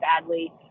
badly